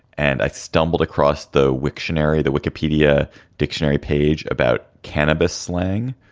and i stumbled across the wiktionary, the wikipedia dictionary page about cannabis slang.